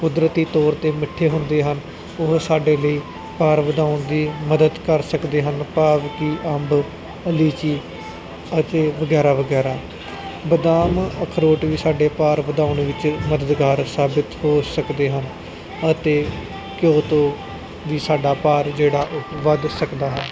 ਕੁਦਰਤੀ ਤੌਰ 'ਤੇ ਮਿੱਠੇ ਹੁੰਦੇ ਹਨ ਉਹ ਸਾਡੇ ਲਈ ਭਾਰ ਵਧਾਉਣ ਦੀ ਮਦਦ ਕਰ ਸਕਦੇ ਹਨ ਭਾਵ ਕਿ ਅੰਬ ਅ ਲੀਚੀ ਅਤੇ ਵਗੈਰਾ ਵਗੈਰਾ ਬਦਾਮ ਅਖਰੋਟ ਵੀ ਸਾਡੇ ਭਾਰ ਵਧਾਉਣ ਵਿੱਚ ਮਦਦਗਾਰ ਸਾਬਿਤ ਹੋ ਸਕਦੇ ਹਨ ਅਤੇ ਘਿਓ ਤੋਂ ਵੀ ਸਾਡਾ ਭਾਰ ਜਿਹੜਾ ਉਹ ਵੱਧ ਸਕਦਾ ਹੈ